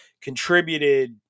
contributed